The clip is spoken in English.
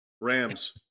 Rams